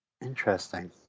Interesting